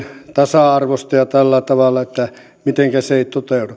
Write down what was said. tasa arvosta ja tästä että mitenkä se ei toteudu niin